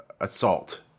assault